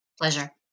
Pleasure